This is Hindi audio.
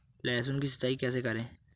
लहसुन की सिंचाई कैसे करें?